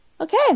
Okay